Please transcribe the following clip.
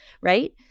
right